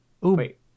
Wait